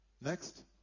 Next